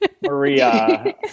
Maria